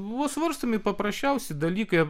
buvo svarstomi paprasčiausi dalykai